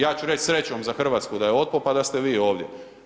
Ja ću reć srećom za Hrvatsku da je otpo pa da ste vi ovdje.